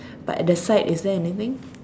but at the side is there anything